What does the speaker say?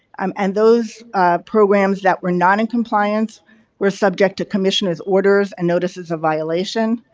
um and those programs that were not in compliance were subject to commissioner's orders and notices of violation,